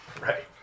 Right